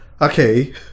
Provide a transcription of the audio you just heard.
okay